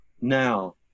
now